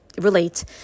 relate